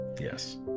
yes